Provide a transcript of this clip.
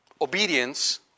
Obedience